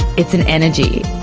it's an energy.